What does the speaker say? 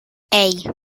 hey